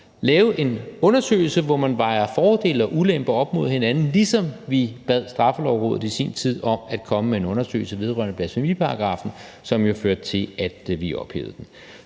lave en undersøgelse, hvor man vejer fordele og ulemper op mod hinanden, ligesom vi bad Straffelovrådet i sin tid om at komme med en undersøgelse vedrørende blasfemiparagraffen, som jo førte til, at vi ophævede den.